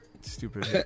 stupid